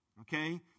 Okay